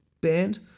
band